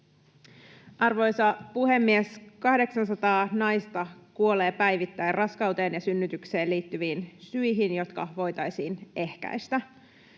Arvoisa puhemies! 800 naista kuolee päivittäin raskauteen ja synnytykseen liittyviin syihin, jotka voitaisiin ehkäistä.